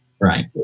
right